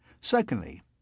Secondly